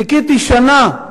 חיכיתי שנה,